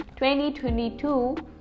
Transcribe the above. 2022